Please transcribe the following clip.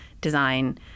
design